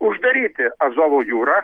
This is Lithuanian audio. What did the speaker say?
uždaryti azovo jūrą